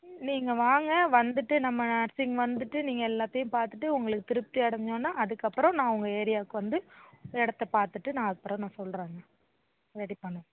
நீங்கள் வாங்க வந்துட்டு நம்ம நர்ஸிங் வந்துட்டு நீங்கள் எல்லாத்தையும் பார்த்துட்டு உங்களுக்கு திருப்தி அடைஞ்சோடன்ன அதுக்கப்புறம் நான் உங்கள் ஏரியாவுக்கு வந்து இடத்த பார்த்துட்டு நான் அதுக்குப்புறம் நான் சொல்கிறேங்க ரெடி பண்ண